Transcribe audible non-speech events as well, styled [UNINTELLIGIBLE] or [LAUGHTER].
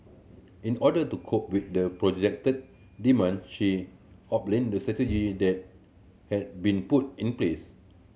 in order to cope with the projected demand she [UNINTELLIGIBLE] the [UNINTELLIGIBLE] that have been put in place